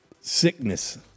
sickness